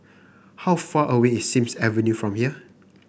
how far away is Sims Avenue from here